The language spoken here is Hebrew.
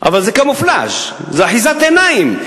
אבל זה אחיזת עיניים,